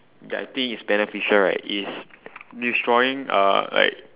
that I think is beneficial right is destroying uh like